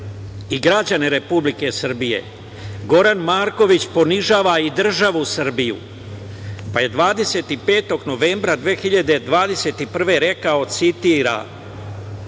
i građane Republike Srbije, Goran Marković ponižava i državu Srbiju, pa je 25. novembra 2021. godine rekao, citiram